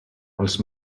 els